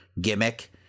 gimmick